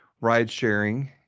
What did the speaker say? ride-sharing